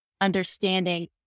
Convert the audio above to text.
understanding